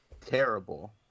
terrible